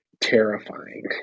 Terrifying